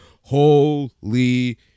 Holy